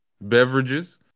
beverages